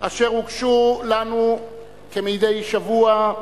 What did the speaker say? אשר הוגשו לנו כמדי שבוע,